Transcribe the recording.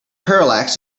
parallax